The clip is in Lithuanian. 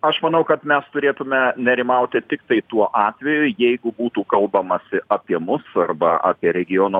aš manau kad mes turėtume nerimauti tiktai tuo atveju jeigu būtų kalbamasi apie mus arba apie regiono